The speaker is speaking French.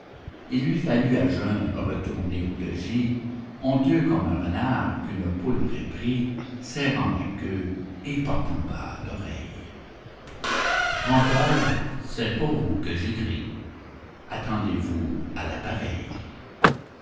il lui fallut à jeun retourner au logis honteux comme un renard qu'une poule aurait pris serrant la queue et portant bas l'oreille trompeurs c'est pour vous que j'écris attendez-vous à